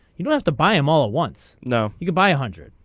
you have to buy a mall ah once now you can buy a hundred.